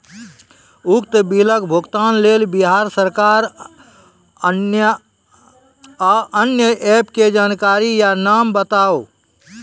उक्त बिलक भुगतानक लेल बिहार सरकारक आअन्य एप के जानकारी या नाम बताऊ?